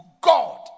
God